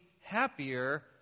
happier